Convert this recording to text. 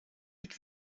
mit